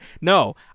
No